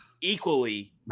equally